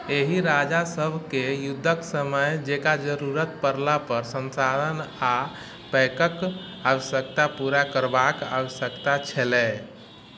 एहि राजासभके युद्धके समय जकाँ जरूरत पड़लापर संसाधन आओर पैकक आवश्यकता पूरा करबाक आवश्यकता छलै